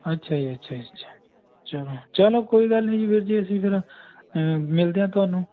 ਅੱਛਾ ਜੀ ਅੱਛਾ ਜੀ ਅੱਛਾ ਚਲੋ ਚਲੋ ਕੋਈ ਗੱਲ ਨਹੀਂ ਵੀਰ ਜੀ ਅਸੀਂ ਫੇਰ ਮਿਲਦੇ ਹਾਂ ਤੁਹਾਨੂੰ